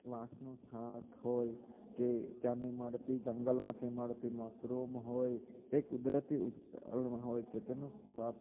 વાંસનું શાક હોય કે ત્યાંની મળતી જંગલમાંથી મળતી મશરૂમ હોય તે કુદરતી હોય છે તેનો સ્વાદ